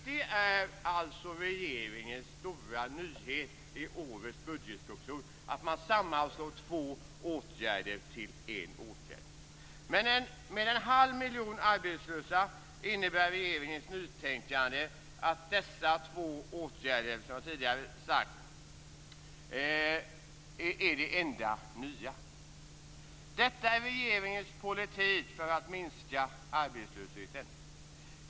Det är alltså regeringens stora nyhet i årets budgetproposition, att man sammanslår två åtgärder till en åtgärd. Med en halv miljon arbetslösa innebär regeringens nytänkande att dessa två åtgärder, som jag tidigare sagt, är det enda nya. Detta är regeringens politik för att minska arbetslösheten.